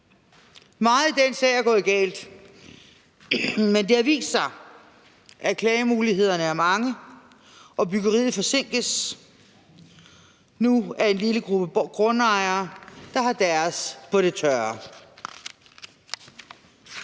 Meget i den sag er gået galt, men det har vist sig, at klagemulighederne er mange, og byggeriet forsinkes nu af en lille gruppe grundejere, der har deres på det tørre